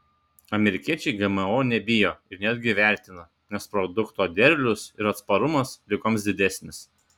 amerikiečiai gmo nebijo ir netgi vertina nes produkto derlius ir atsparumas ligoms didesnis